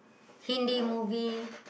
hindi movie